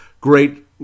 Great